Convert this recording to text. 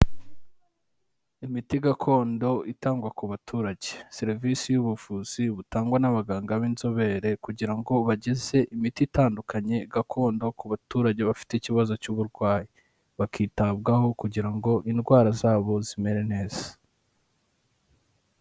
Imiti gakondo itangwa ku baturage. Serivisi y'ubuvuzi butangwa n'abaganga b'inzobere kugira ngo bageze imiti itandukanye gakondo ku baturage bafite ikibazo cy'uburwayi. Bakitabwaho kugira ngo indwara zabo zimere neza.